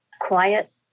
Quiet